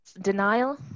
denial